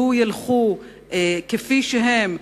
לו ילכו כפי שהם,